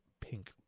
pink